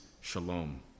Shalom